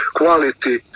quality